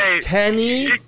Kenny